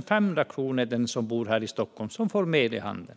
1 500 kronor. Den som bor här i Stockholm får så mycket mer i handen.